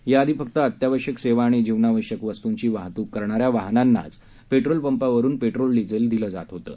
याआधी फक्त अत्यावश्यक सेवा आणि जीवनावश्यक वस्तूंची वाहतूक करणाऱ्या वाहनां पेट्रोल पंपा वरून पेट्रोल डिझेल दिलं जात होतं